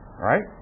Right